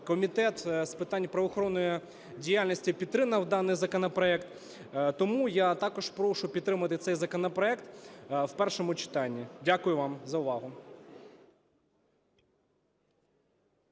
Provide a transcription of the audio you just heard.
Комітет з питань правоохоронної діяльності підтримав даний законопроект. Тому я також прошу підтримати цей законопроект у першому читанні. Дякую вам за увагу.